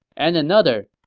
and another,